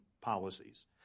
policies